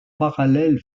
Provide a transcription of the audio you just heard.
parallèle